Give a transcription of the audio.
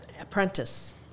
apprentice